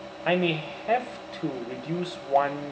I may have to reduce one